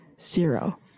zero